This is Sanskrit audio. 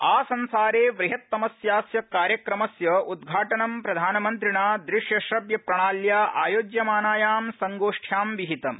आसंसारे बृहत्तमस्यास्य कार्यक्रमस्य उद्घाटनं प्रधानमंन्त्रिणा दश्य श्रव्य प्रणात्या आयोज्यमानायां संगोष्ठ्यां विहितम्